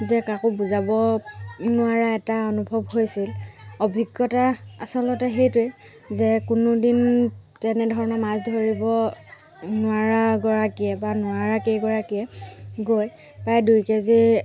যে কাকো বুজাব নোৱাৰা এটা অনুভৱ হৈছিল অভিজ্ঞতা আচলতে সেইটোৱে যে কোনো দিন তেনেধৰণে মাছ ধৰিব নোৱাৰাগৰাকীয়ে বা নোৱাৰাকেইগৰাকীয়ে গৈ প্ৰায় দুইকেজিৰ